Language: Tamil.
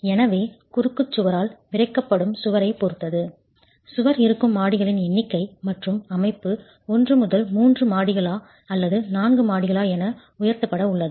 எனவே குறுக்கு சுவரால் விறைக்கப்படும் சுவரைப் பொறுத்து சுவர் இருக்கும் மாடிகளின் எண்ணிக்கை மற்றும் அமைப்பு 1 முதல் 3 மாடிகளா அல்லது 4 மாடிகளா என உயர்த்தப்பட உள்ளது